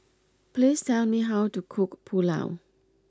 please tell me how to cook Pulao